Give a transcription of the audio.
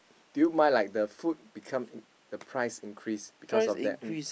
do you mind like the food become the price increase because of that